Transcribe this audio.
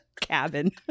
cabin